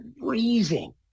freezing